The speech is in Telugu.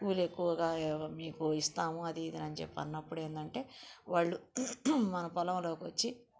కూలి ఏక్కువగా మీకు ఇస్తాము అదీ ఇదని చెప్పి అన్నప్పుడేందంటే వాళ్ళు మన పొలంలోకొచ్చి